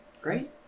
Great